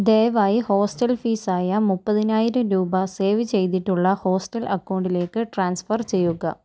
ദയവായി hostel fees ആയ മുപ്പതിനായിരം രൂപ സേവ് ചെയ്തിട്ടുള്ള ഹോസ്റ്റൽ അക്കൗണ്ടിലേക്ക് ട്രാൻസ്ഫർ ചെയ്യുക